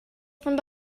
from